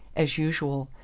as usual,